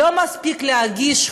לא מספיק להגיש חוק,